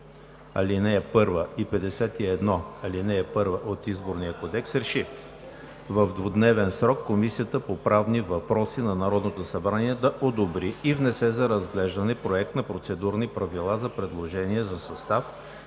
1 и чл. 51, ал. 1 от Изборния кодекс, РЕШИ: В двудневен срок Комисията по правни въпроси на Народното събрание да одобри и внесе за разглеждане Проект на Процедурни правила за предложения за състав,